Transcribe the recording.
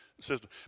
system